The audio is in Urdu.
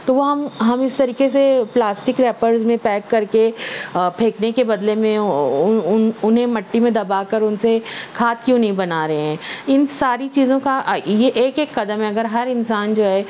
تو وہ ہم ہم اس طریقے سے پلاسٹک ریپرز میں پیک کر کے پھینکنے کے بدلے میں انہیں مٹی میں دبا کر ان سے کھاد کیوں نہیں بنا رہے ہیں ان ساری چیزوں کا یہ ایک ایک قدم ہے اگر ہر انسان جو ہے